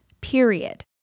Period